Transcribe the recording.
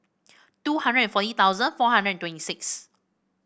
two hundred and forty thousand four hundred and twenty six